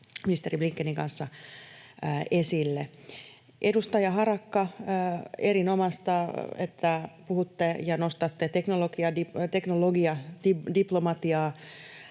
ministeri Blinkenin kanssa esille. Edustaja Harakka, erinomaista, että puhutte ja nostatte teknologiadiplomatiaa.